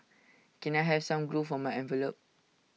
can I have some glue for my envelopes